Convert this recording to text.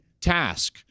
task